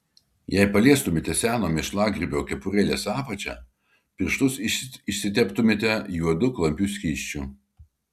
jei paliestumėte seno mėšlagrybio kepurėlės apačią pirštus išsiteptumėte juodu klampiu skysčiu